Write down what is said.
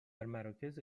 مراکز